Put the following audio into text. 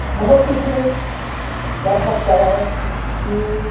ਬਹੁਤ ਕੁਛ ਦੱਸ ਸਕਦਾ ਹੈ ਕਿ